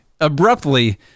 abruptly